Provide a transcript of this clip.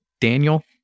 Daniel